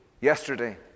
yesterday